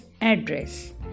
address